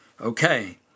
Okay